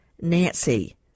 Nancy